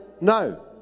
no